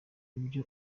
ibyo